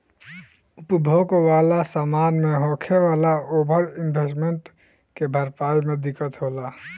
उपभोग वाला समान मे होखे वाला ओवर इन्वेस्टमेंट के भरपाई मे दिक्कत होला